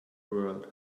world